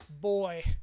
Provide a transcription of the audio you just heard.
boy